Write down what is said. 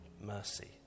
mercy